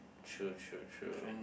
true true true